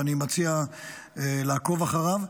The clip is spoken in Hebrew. ואני מציע לעקוב אחריו,